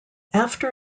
after